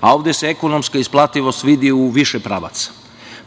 a ovde se ekonomska isplativost vidi u više pravaca.